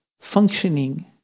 functioning